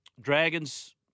Dragons